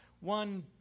one